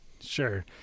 Sure